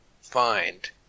find